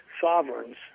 sovereigns